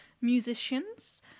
musicians